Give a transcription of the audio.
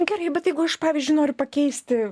gerai bet jeigu aš pavyzdžiui noriu pakeisti